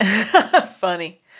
Funny